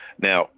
Now